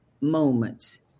moments